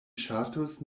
ŝatus